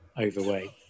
overweight